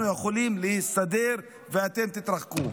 אנחנו יכולים להסתדר ואתם תתרחקו.